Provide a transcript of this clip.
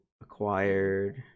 acquired